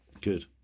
Good